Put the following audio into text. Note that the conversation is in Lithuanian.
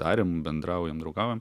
darėm bendraujam draugaujam